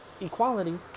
equality